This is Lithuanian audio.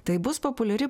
tai bus populiari